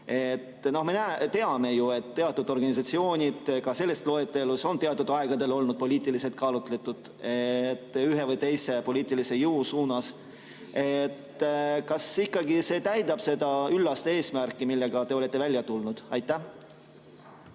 Me teame ju, et teatud organisatsioonid ka selles loetelus on teatud aegadel olnud poliitiliselt kallutatud ühe või teise poliitilise jõu suunas. Kas see ikkagi täidab seda üllast eesmärki, millega te olete välja tulnud? Aitäh,